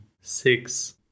six